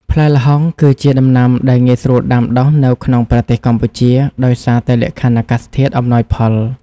ផ្លែល្ហុងគឺជាដំណាំដែលងាយស្រួលដាំដុះនៅក្នុងប្រទេសកម្ពុជា ដោយសារតែលក្ខខណ្ឌអាកាសធាតុអំណោយផល។